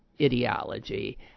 ideology